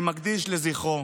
אני מקדיש לזכרו.